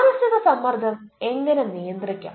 മാനസിക സമ്മർദ്ദം എങ്ങനെ നിയന്ത്രിക്കാം